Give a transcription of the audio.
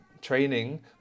training